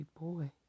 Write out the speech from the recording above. boy